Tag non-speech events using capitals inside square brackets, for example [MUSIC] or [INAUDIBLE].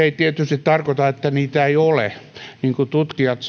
[UNINTELLIGIBLE] ei tietysti tarkoita että niitä ei ole niin kuin tutkijat [UNINTELLIGIBLE]